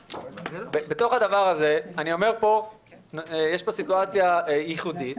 בתוך הדבר הזה, יש פה סיטואציה ייחודית.